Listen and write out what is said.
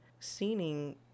scening